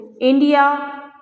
India